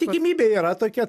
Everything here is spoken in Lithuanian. tikimybė yra tokia